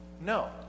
No